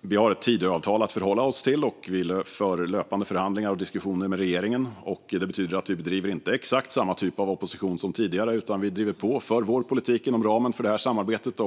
Vi har Tidöavtalet att förhålla oss till, och vi för löpande förhandlingar och diskussioner med regeringen. Detta betyder att vi inte bedriver exakt samma typ av opposition som tidigare, utan vi driver på för vår politik inom ramen för samarbetet.